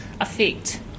affect